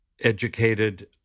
educated